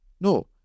No